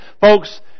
Folks